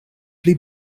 pli